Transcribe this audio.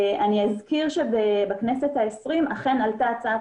אני אזכיר שבכנסת ה-20 אכן עלתה הצעת